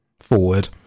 forward